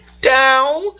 down